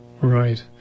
right